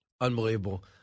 Unbelievable